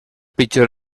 pitjor